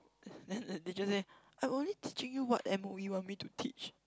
then the teacher say I'm only teaching you what M_O_E want me to teach